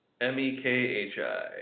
M-E-K-H-I